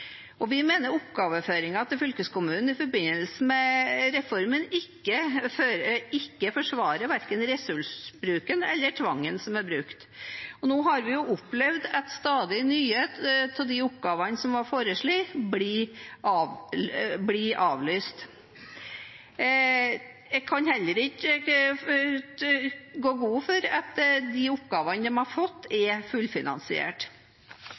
Vi mener oppgaveoverføringen til fylkeskommunene i forbindelse med reformen ikke forsvarer verken ressursbruken eller tvangen som er brukt. Nå har vi opplevd at stadig nye av de oppgavene som var foreslått, blir avlyst. Jeg kan heller ikke gå god for at de oppgavene de har fått, er fullfinansiert.